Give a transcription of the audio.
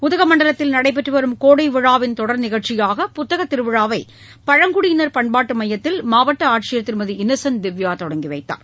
உதக மண்டலத்தில் நடைபெற்று வரும் கோடை விழாவின் தொடர் நிகழ்ச்சியாக புத்தகத் திருவிழாவை பழங்குடியினர் பண்பாட்டு மையத்தில் மாவட்ட ஆட்சியர் திருமதி இன்னசன்ட் திவ்யா தொடங்கிவைத்தார்